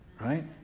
right